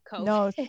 no